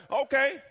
Okay